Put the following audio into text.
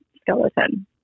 skeleton